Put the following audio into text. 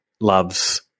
loves